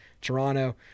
Toronto